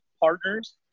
partners